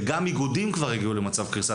וגם איגודים כבר הגיעו למצב קריסה.